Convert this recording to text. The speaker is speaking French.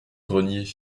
grenier